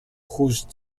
whose